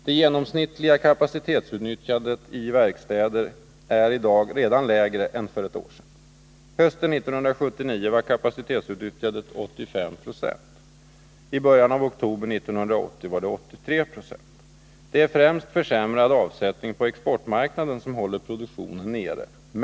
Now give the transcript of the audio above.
Det genomsnittliga kapacitetsutnyttjandet i verkstäder är i dag redan lägre än för ett år sedan. Hösten 1979 var kapacitetsutnyttjandet 85 procent, i början av oktober 1980 var det 83 procent. Det är främst försämrad avsättning på exportmarknaden som håller produktionen nere.